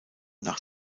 nach